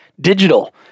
digital